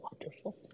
wonderful